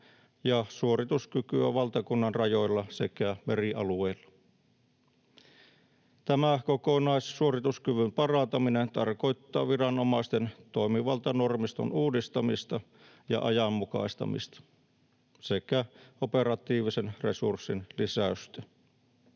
ja suorituskykyä valtakunnanrajoilla sekä merialueilla. Tämä kokonaissuorituskyvyn parantaminen tarkoittaa viranomaisten toimivaltanormiston uudistamista ja ajanmukaistamista sekä operatiivisen resurssin lisäystä.